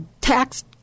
Tax